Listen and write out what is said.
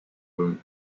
room